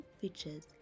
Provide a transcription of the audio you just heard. features